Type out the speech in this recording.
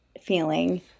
feeling